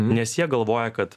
nes jie galvoja kad